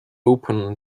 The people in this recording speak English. open